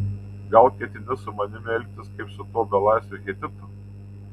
gal ketini su manimi elgtis kaip su tuo belaisviu hetitu